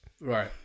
Right